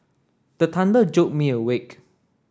the thunder jolt me awake